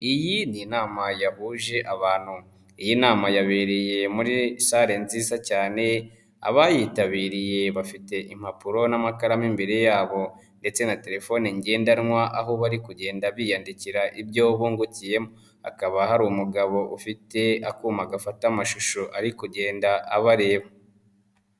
Iyi ni inama yahuje abantu. Iyi nama yabereye muri salle nziza cyane, abayitabiriye bafite impapuro n'amakaramu. Imbere yabo ndetse na telefone igendanwa, aho bari kugenda biyandikira ibyo bungukiyemo akaba hari umugabo ufite akuma gafata amashusho ari kugenda abareba.